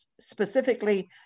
specifically